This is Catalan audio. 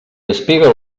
espiga